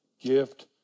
Gift